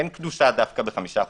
אין קדושה דווקא בחמישה חודשים.